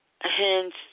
hence